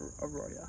Aurora